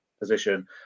position